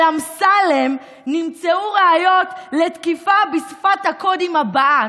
אמסלם נמצאו ראיות לתקיפה בשפת הקודים הבאה,